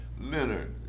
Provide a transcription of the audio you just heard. leonard